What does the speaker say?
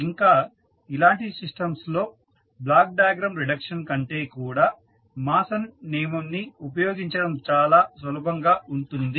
ఇంకా ఇలాంటి సిస్టమ్స్ లో బ్లాక్ డయాగ్రమ్ రిడక్షన్ కంటే కూడా మాసన్ నియమంని ఉపయోగించడము చాలా సులభం గా ఉంటుంది